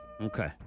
Okay